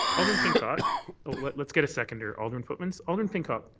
alderman pincott let's get a seconder. alderman pootmans. alderman pincott